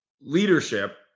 leadership